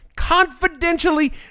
Confidentially